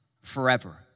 forever